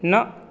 न